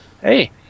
Hey